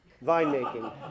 vine-making